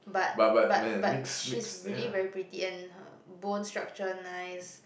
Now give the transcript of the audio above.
but but but she's really very pretty and her bone structure nice